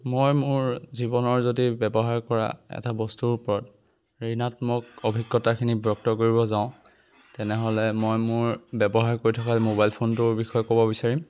মই মোৰ জীৱনত যদি ব্যৱহাৰ কৰা এটা বস্তুৰ ওপৰত ঋণাত্মক অভিজ্ঞতাখিনি ব্যক্ত কৰিব যাওঁ তেনেহ'লে মই মোৰ ব্যৱহাৰ কৰি থকা মোবাইল ফোনটোৰ বিষয়ে ক'ব বিচাৰিম